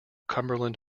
cumberland